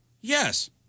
Yes